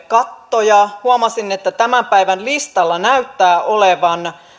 kattoja huomasin että tämän päivän listalla näyttää olevan